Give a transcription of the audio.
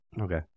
Okay